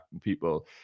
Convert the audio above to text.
people